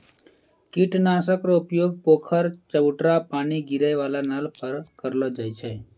कीट नाशक रो उपयोग पोखर, चवुटरा पानी गिरै वाला नल पर करलो जाय छै